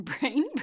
brain